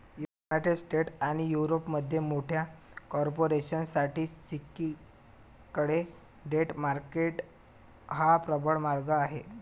United States आणि युरोपमधील मोठ्या कॉर्पोरेशन साठी सिंडिकेट डेट मार्केट हा प्रबळ मार्ग आहे